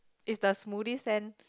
is the smoothie stand